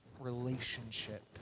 relationship